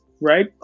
right